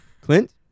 Clint